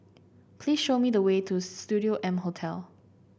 please show me the way to Studio M Hotel